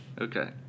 Okay